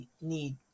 need